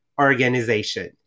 organization